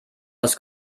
aus